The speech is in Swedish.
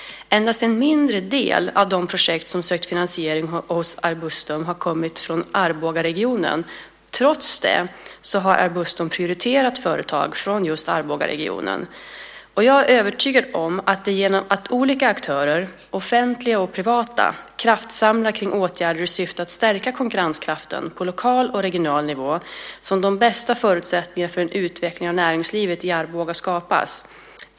Endast en mindre del av de projekt som sökt finansiering hos Arbustum har kommit från Arbogaregionen. Trots det har Arbustum prioriterat företag från Arbogaregionen. Jag är övertygad om att det är genom att olika aktörer, offentliga och privata, kraftsamlar kring åtgärder i syfte att stärka konkurrenskraften på lokal och regional nivå som de bästa förutsättningarna för en utveckling av näringslivet i Arboga skapas.